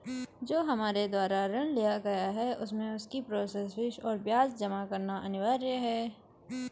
जो हमारे द्वारा ऋण लिया गया है उसमें उसकी प्रोसेस फीस और ब्याज जमा करना अनिवार्य है?